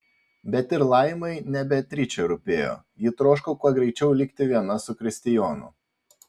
bet ir laimai ne beatričė rūpėjo ji troško kuo greičiau likti viena su kristijonu